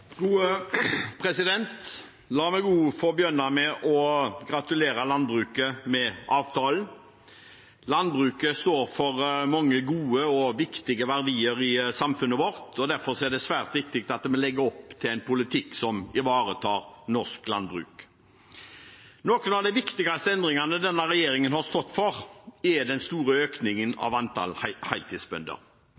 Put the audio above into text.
gode og viktige verdier i samfunnet vårt, derfor er det svært viktig at vi legger opp til en politikk som ivaretar norsk landbruk. Noen av de viktigste endringene regjeringen har stått for, er den store økningen